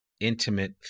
intimate